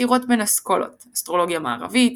סתירות בין אסכולות - אסטרולוגיה מערבית,